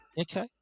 Okay